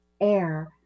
air